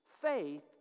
faith